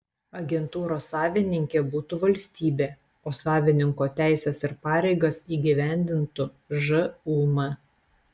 agentūros savininkė būtų valstybė o savininko teises ir pareigas įgyvendintų žūm